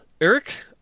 Eric